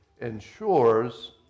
ensures